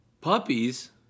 Puppies